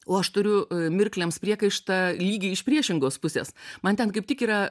o aš turiu mirklėms priekaištą lygiai iš priešingos pusės man ten kaip tik yra